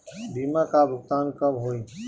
बीमा का भुगतान कब होइ?